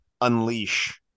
unleash